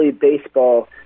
baseball